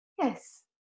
yes